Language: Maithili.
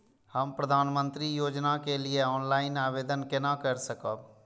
हम प्रधानमंत्री योजना के लिए ऑनलाइन आवेदन केना कर सकब?